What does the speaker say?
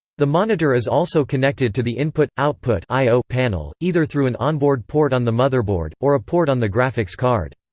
the monitor is also connected to the input output ah panel, either through an onboard port on the motherboard, or a port on the graphics card.